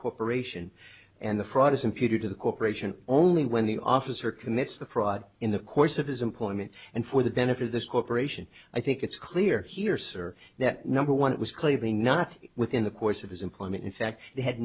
corporation and the fraud is imputed to the corporation only when the officer commits the fraud in the course of his employment and for the benefit of this corporation i think it's clear here sir that number one it was clearly not within the course of his employment in fact it had